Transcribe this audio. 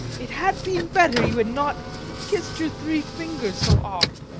it had been better you had not kissed your three fingers so oft,